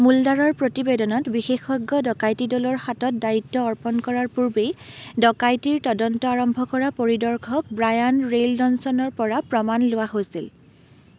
মোল্ডাৰৰ প্ৰতিবেদনত বিশেষজ্ঞ ডকাইতি দলৰ হাতত দায়িত্ব অৰ্পণ কৰাৰ পূৰ্বেই ডকাইতিৰ তদন্ত আৰম্ভ কৰা পৰিদৰ্শক ব্ৰায়ান ৰেইনল্ডছনৰপৰা প্ৰমাণ লোৱা হৈছিল